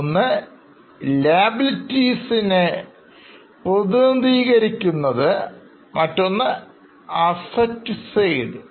ഒന്ന് Liabilites പ്രതിനിധീകരിക്കുന്നു മറ്റൊന്ന് Assets പ്രതിനിധീകരിക്കുന്നു